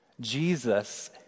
Jesus